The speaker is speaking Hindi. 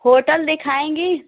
होटल दिखाएंगी